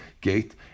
gate